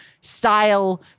style